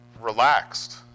Relaxed